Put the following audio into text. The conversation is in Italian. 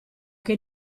che